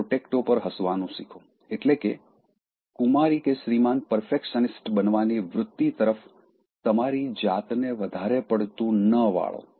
પ્રોટેક્ટો ઉપર હસવાનું શીખો એટલે કે કુમારી કે શ્રીમાન પરફેક્શનિસ્ટ બનવાની વૃત્તિ તરફ તમારી જાતને વધારે પડતું ન વાળો